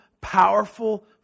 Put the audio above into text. powerful